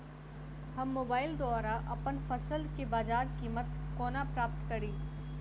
हम मोबाइल द्वारा अप्पन फसल केँ बजार कीमत कोना प्राप्त कड़ी?